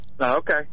Okay